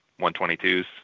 122s